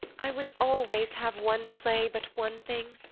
i would always have one play but one thing.